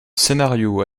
scénario